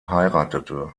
heiratete